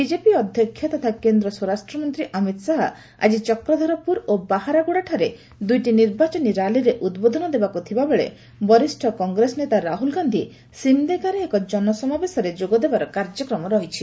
BJP ଅଧ୍ୟକ୍ଷ ତଥା କେନ୍ଦ୍ର ସ୍ୱରାଷ୍ଟ୍ରମନ୍ତ୍ରୀ ଅମିତ ଶାହା ଆଜି ଚକ୍ରଧରପୁର ଓ ବାହାରାଗୋଡ଼ାଠାରେ ଦୁଇଟି ନିର୍ବାଚନୀ ର୍ୟାଲିରେ ଉଦ୍ବୋଧନ ଦେବାକୁ ଥିବାବେଳେ ବରିଷ୍ଠ କଟ୍ରେସ ନେତା ରାହୁଲ ଗାନ୍ଧୀ ସିମ୍ଦେଗାରେ ଏକ ଜନସମାବେଶରେ ଯୋଗଦେବାର କାର୍ଯ୍ୟକ୍ରମ ରହିଛି